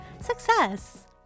success